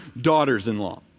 daughters-in-law